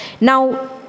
Now